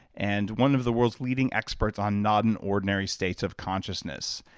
and one of the world's leading experts on non-ordinary states of consciousness.